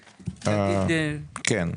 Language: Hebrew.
כן,